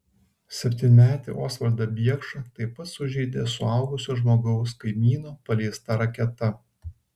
septynmetį osvaldą biekšą taip pat sužeidė suaugusio žmogaus kaimyno paleista raketa